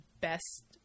best